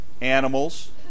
animals